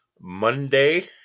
Monday